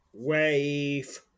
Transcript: wave